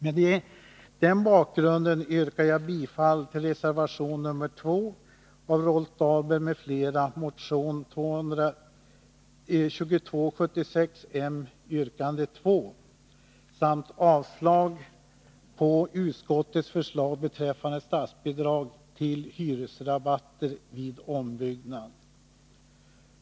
Med den bakgrunden yrkar jag bifall till reservation 2 av Rolf Dahlberg m.fl., motion 2276 yrkande 2, samt avslag på utskottets förslag beträffande statsbidrag till hyresrabatter vid ombyggnad.